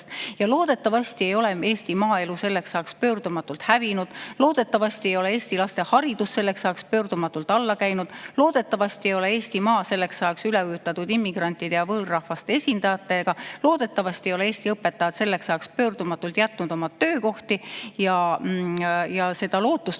Loodetavasti ei ole Eesti maaelu selleks ajaks pöördumatult hävinud. Loodetavasti ei ole Eesti laste haridus selleks ajaks pöördumatult alla käinud. Loodetavasti ei ole Eestimaa selleks ajaks üle ujutatud immigrantide ja võõrrahvaste esindajatega. Loodetavasti ei ole Eesti õpetajad selleks ajaks pöördumatult jätnud oma töökohti ja lootust